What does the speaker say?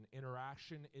Interaction